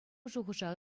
шухӑша